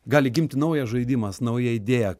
gali gimti naujas žaidimas nauja idėja